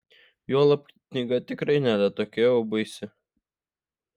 juolab knyga tikrai nėra tokia jau baisi